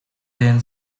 then